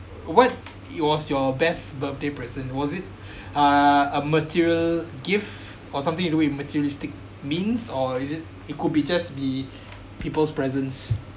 what it was your best birthday present was it uh a material gift or something to do with materialistic means or is it it could be just be people's presence